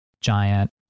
giant